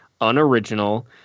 Unoriginal